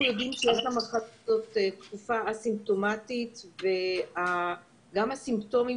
אנחנו יודעים שיש למחלה הזאת תקופה אסימפטומטית וגם הסימפטומים